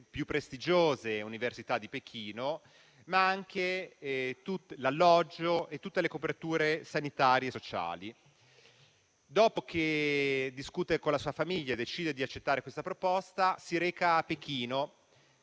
più prestigiose università di Pechino, ma anche l'alloggio e tutte le coperture sanitarie e sociali. Dopo che discute con la sua famiglia e decide di accettare questa proposta, si reca a Pechino;